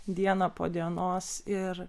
diena po dienos ir